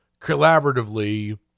collaboratively